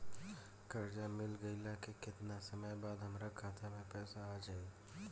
कर्जा मिल गईला के केतना समय बाद हमरा खाता मे पैसा आ जायी?